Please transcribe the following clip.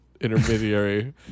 intermediary